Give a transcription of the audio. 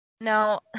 Now